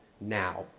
now